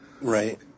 Right